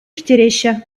ирттереҫҫӗ